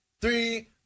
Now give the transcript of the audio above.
Three